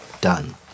done